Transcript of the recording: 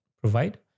provide